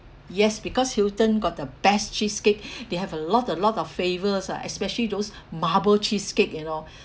yes because Hilton got the best cheesecake they have a lot a lot of flavours ah especially those marble cheesecake you know